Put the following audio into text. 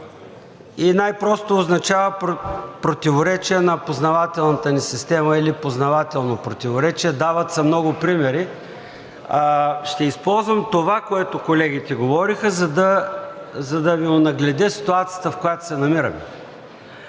и най-просто означава противоречие на познавателната ни система или познавателно противоречие. Дават се много примери. Ще използвам това, което колегите говореха, за да Ви онагледя ситуацията, в която се намираме.